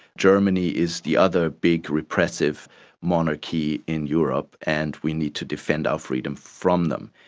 germany is the other big repressive monarchy in europe, and we need to defend our freedom from them.